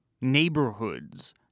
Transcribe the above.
neighborhoods